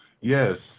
Yes